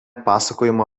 pasakojama